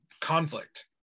conflict